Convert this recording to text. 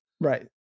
Right